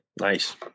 nice